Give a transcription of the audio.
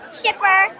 shipper